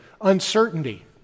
Uncertainty